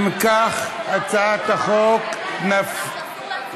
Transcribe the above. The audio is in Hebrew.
אם כך, הצעת החוק נפלה.